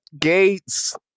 gates